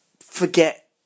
forget